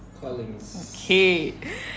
Okay